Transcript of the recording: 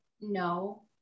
No